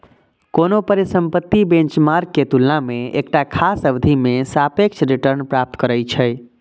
कोनो परिसंपत्ति बेंचमार्क के तुलना मे एकटा खास अवधि मे सापेक्ष रिटर्न प्राप्त करै छै